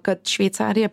kad šveicarija